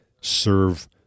serve